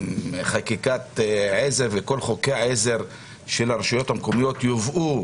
חקיקת עזר וכל חוקי העזר של הרשויות המקומיות יובאו